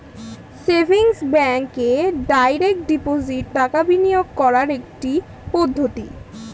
savings ব্যাঙ্কে direct deposit টাকা বিনিয়োগ করার একটি পদ্ধতি